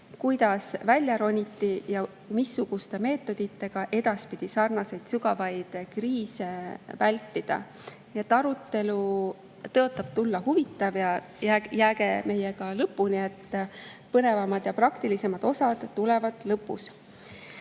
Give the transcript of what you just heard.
kriisidest välja roniti ja missuguste meetoditega sarnaseid sügavaid kriise vältida. Arutelu tõotab tulla huvitav. Jääge meiega lõpuni. Põnevamad ja praktilisemad osad tulevad lõpus.